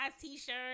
T-shirt